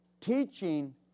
Teaching